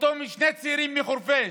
לשני הצעירים מחורפיש?